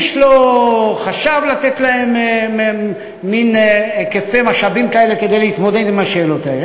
איש לא חשב לתת להם מין היקפי משאבים כאלה כדי להתמודד עם השאלות האלה.